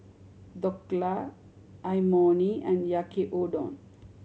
Dhokla Imoni and Yaki Udon